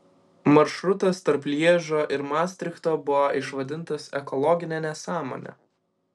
maršrutas tarp lježo ir mastrichto buvo išvadintas ekologine nesąmone